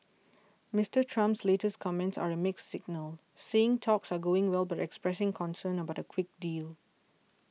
Mister Trump's latest comments are a mixed signal saying talks are going well but expressing concern about a quick deal